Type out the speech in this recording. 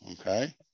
Okay